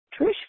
Trish